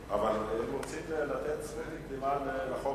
ראשונה ותועבר להכנתה לקריאה שנייה וקריאה שלישית לוועדת החוץ